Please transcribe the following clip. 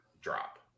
drop